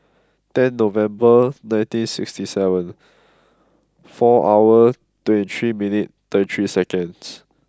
tenth November nineteen sixty seven four hour twenty three minute thirty three seconds